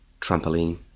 Trampoline